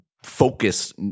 focus